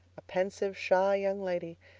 a pensive, shy young lady,